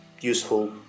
useful